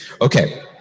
Okay